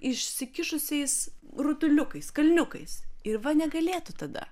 išsikišusiais rutuliukais kalniukais ir va negalėtų tada